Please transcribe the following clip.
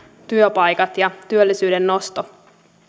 työpaikat ja työllisyyden nosto